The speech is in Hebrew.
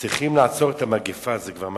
צריכים לעצור את המגפה, זה כבר מגפה,